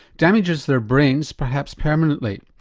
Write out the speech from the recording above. damages their brains perhaps permanently.